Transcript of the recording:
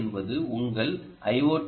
D என்பது உங்கள் ஐ